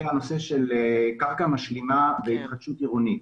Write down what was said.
הנושא של קרקע משלימה והתחדשות עירונית.